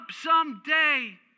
someday